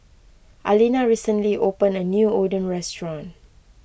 Alina recently opened a new Oden restaurant